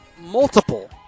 multiple